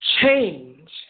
Change